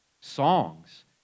Songs